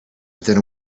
within